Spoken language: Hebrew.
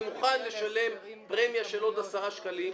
אני מוכן לשלם פרמיה של עוד 10 שקלים,